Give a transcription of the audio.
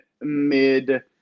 mid